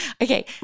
okay